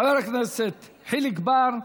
חבר הכנסת חיליק בר,